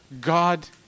God